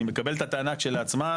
אני מקבל את הטענה כשלעצמה,